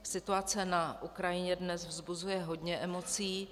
Situace na Ukrajině dnes vzbuzuje hodně emocí.